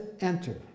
enter